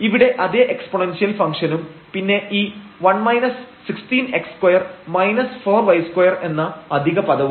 ഇവിടെ അതേ എക്സ്പോണേന്ഷ്യൽ ഫംഗ്ഷനും പിന്നെ ഈ 1 16x2 4y2 എന്ന അധിക പദവും